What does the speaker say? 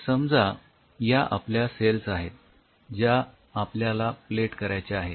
तर समजा या आपल्या सेल्स आहेत ज्या आपल्याला प्लेट करायच्या आहेत